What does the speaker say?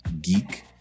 Geek